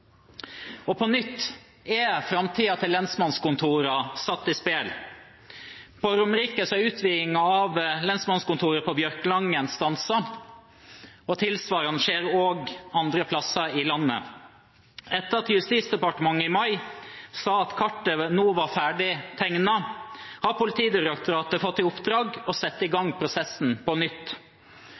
stoppes. På nytt er lensmannskontorenes framtid satt i spill. På Romerike er utvidelsen av lensmannskontoret på Bjørkelangen stanset, og tilsvarende skjer også andre plasser i landet. Etter at Justisdepartementet i mai sa at kartet var ferdig tegnet, har Politidirektoratet fått i oppdrag å sette i gang prosessen på nytt.